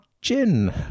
gin